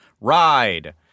Ride